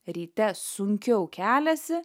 ryte sunkiau keliasi